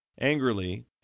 angrily